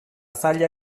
zaila